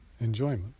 enjoyment